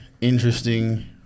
interesting